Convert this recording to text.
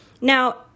Now